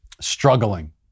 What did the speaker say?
struggling